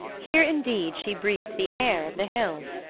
here, indeed, she breathed the air of the hills,